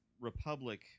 republic